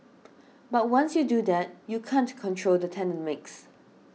but once you do that you can't control the tenant mix